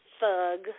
Thug